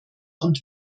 und